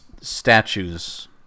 statues